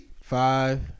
Five